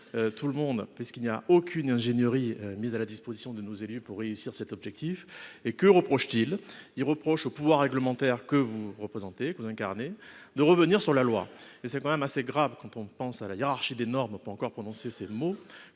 tout le monde, puisqu'il n'y a aucune ingénierie mise à la disposition de nos élus pour atteindre cet objectif. Enfin, ils reprochent au pouvoir réglementaire, que vous incarnez, de revenir sur la loi. C'est quand même assez grave, quand on pense à la hiérarchie des normes- on peut encore prononcer ces mots